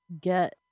get